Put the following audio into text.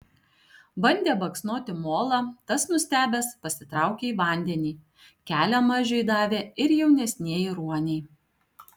bandė baksnoti molą tas nustebęs pasitraukė į vandenį kelią mažiui davė ir jaunesnieji ruoniai